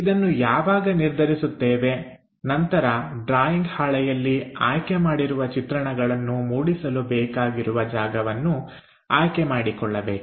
ಇದನ್ನು ಯಾವಾಗ ನಿರ್ಧರಿಸುತ್ತೇವೆ ನಂತರ ಡ್ರಾಯಿಂಗ್ ಹಾಳೆಯಲ್ಲಿ ಆಯ್ಕೆ ಮಾಡಿರುವ ಚಿತ್ರಣಗಳನ್ನು ಮೂಡಿಸಲು ಬೇಕಾಗಿರುವ ಜಾಗವನ್ನು ಆಯ್ಕೆ ಮಾಡಿಕೊಳ್ಳಬೇಕು